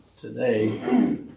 Today